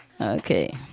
Okay